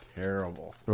Terrible